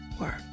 work